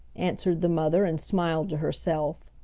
answered the mother, and smiled to herself.